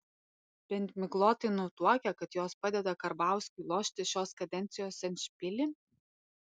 bent miglotai nutuokia kad jos padeda karbauskiui lošti šios kadencijos endšpilį